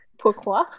Pourquoi